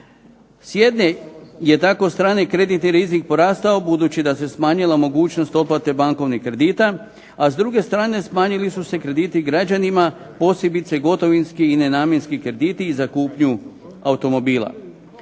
S jedne je tako strane kreditni rizik porastao budući da se smanjila mogućnost otplate bankovnih kredita, a s druge strane smanjili su se krediti građanima posebice gotovinski i nenamjenski krediti i za kupnju automobila.